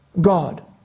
God